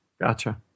Gotcha